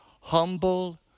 Humble